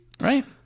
right